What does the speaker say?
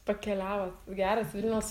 pakeliavot geras vilniaus